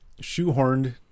shoehorned